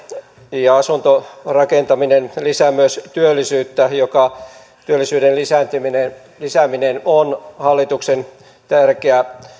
ja asuntorakentaminen lisäävät myös työllisyyttä ja työllisyyden lisääminen on hallituksen tärkeä